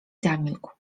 zamilkł